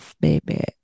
baby